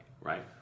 right